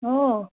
ओ